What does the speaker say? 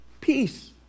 peace